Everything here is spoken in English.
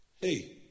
Hey